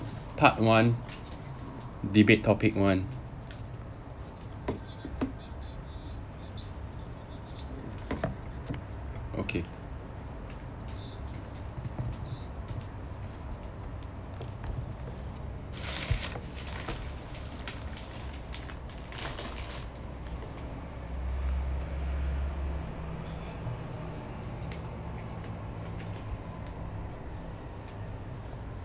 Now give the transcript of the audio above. part one debate topic one okay